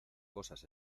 cosas